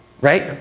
right